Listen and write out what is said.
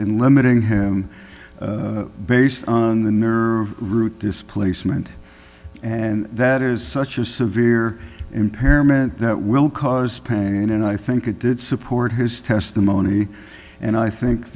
and limiting him based on the nerve root displacement and that is such a severe impairment that will cause pain and i think it did support his testimony and i think